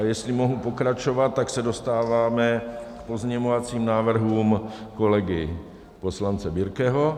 A jestli mohu pokračovat, tak se dostáváme k pozměňovacím návrhům kolegy poslance Birke.